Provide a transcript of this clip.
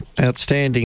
Outstanding